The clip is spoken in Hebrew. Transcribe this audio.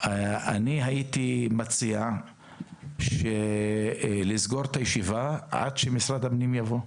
אני הייתי מציע לסגור את הישיבה עד שמשרד הפנים יבוא.